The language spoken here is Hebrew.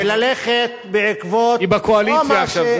היא בקואליציה עכשיו.